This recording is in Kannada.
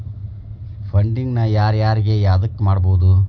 ಫಂಡಿಂಗ್ ನ ಯಾರು ಯಾರಿಗೆ ಎದಕ್ಕ್ ಕೊಡ್ಬೊದು?